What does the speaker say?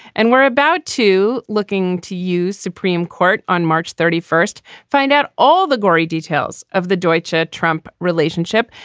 and we're about to looking to use supreme court on march thirty first find out all the gory details of the deutscher trump relationship.